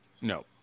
No